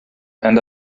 and